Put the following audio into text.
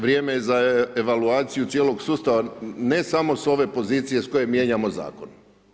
Vrijeme je za evaluaciju cijelog sustava, ne samo s ove pozicije s koje mijenjamo zakon.